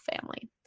family